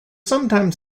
sometimes